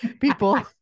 people-